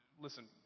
listen